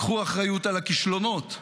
קחו אחריות על הכישלונות.